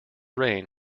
rain